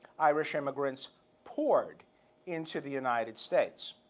irish immigrants poured into the united states.